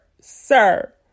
sir